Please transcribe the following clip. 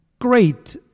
great